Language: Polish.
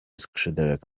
skrzydełek